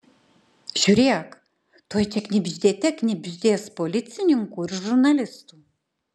žiūrėk tuoj čia knibždėte knibždės policininkų ir žurnalistų